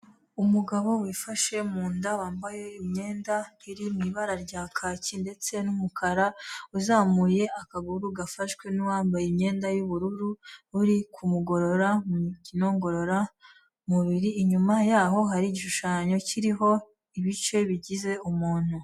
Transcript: Umugabo wifashe mu nda, wambaye imyenda iri mu ibara rya kake ndetse n'umukara, uzamuye akaguru gafashwe n'uwambaye imyenda y'ubururu, uri kumugorora mu mikino ngororamubiri, inyuma yaho hari igishushanyo kiriho ibice, bigize umuntu.